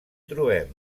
trobem